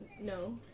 No